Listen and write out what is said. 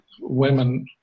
women